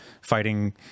fighting